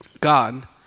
God